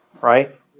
right